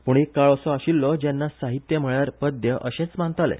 पूण एक काळ असो आशिल्लो जेन्ना साहित्य म्हळ्यार पद्य अशेच मानताले